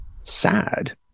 sad